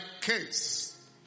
case